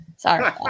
Sorry